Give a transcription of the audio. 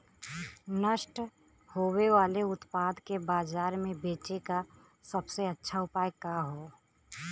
नष्ट होवे वाले उतपाद के बाजार में बेचे क सबसे अच्छा उपाय का हो?